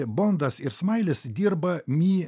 bondas ir smailis dirba mi